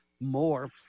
more